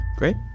Great